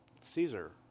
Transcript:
Caesar